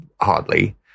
hardly